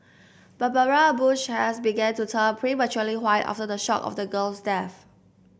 Barbara Bush hairs began to turn prematurely white after the shock of the girl's death